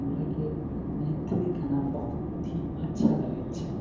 हमराके मैथिली गाना बहुत ही अच्छा लगै छै